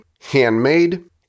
handmade